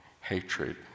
hatred